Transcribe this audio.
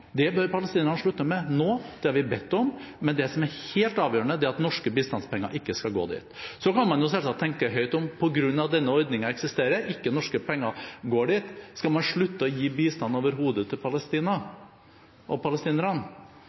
Det bør palestinerne slutte med nå – det har vi bedt om. Men det som er helt avgjørende, er at norske bistandspenger ikke skal gå dit. Så kan man selvsagt tenke høyt om man på grunn av at denne ordningen eksisterer, og for at ikke norske penger skal gå dit, skal slutte å gi bistand overhodet til Palestina og